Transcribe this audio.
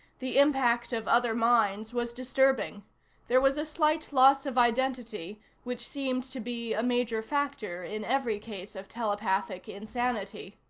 the impact of other minds was disturbing there was a slight loss of identity which seemed to be a major factor in every case of telepathic insanity.